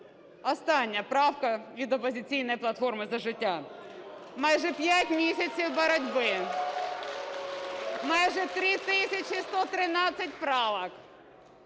остання правка від "Опозиційної платформи - За життя". Майже 5 місяців боротьби, майже 3 тисячі 113 правок.